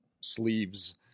sleeves